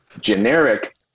generic